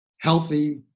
healthy